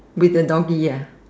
with the doggy ya